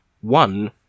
one